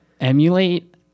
emulate